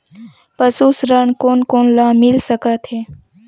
पशु ऋण कोन कोन ल मिल सकथे?